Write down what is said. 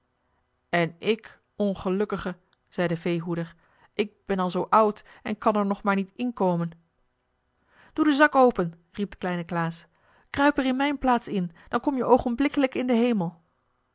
en ik ongelukkige zei de veehoeder ik ben al zoo oud en kan er nog maar niet in komen doe den zak open riep de kleine klaas kruip er in mijn plaats in dan kom je oogenblikkelijk in den hemel